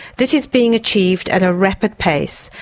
this is being achieved at a rapid pace.